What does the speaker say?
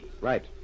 Right